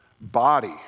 body